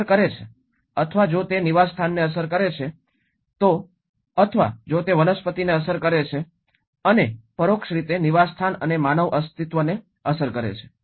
તે અસર કરે છે અથવા જો તે નિવાસસ્થાનને અસર કરે છે તો તે અસર કરે છે અથવા જો તે વનસ્પતિને અસર કરે છે અને પરોક્ષ રીતે નિવાસસ્થાન અને માનવ અસ્તિત્વને અસર કરે છે